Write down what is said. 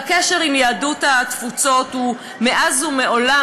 והקשר עם יהדות התפוצות הוא מאז ומעולם,